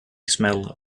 smell